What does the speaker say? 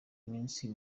minsi